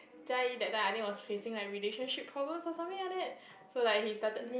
Jiayi that time I think was facing like relationship problems or something like that so like he started